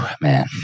man